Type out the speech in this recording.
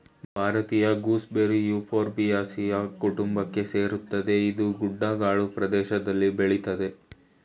ಭಾರತೀಯ gooseberry Euphorbiaceae ಕುಟುಂಬಕ್ಕೆ ಸೇರ್ತದೆ ಇದು ಗುಡ್ಡಗಾಡು ಪ್ರದೇಷ್ದಲ್ಲಿ ಬೆಳಿತದೆ